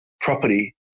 property